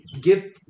give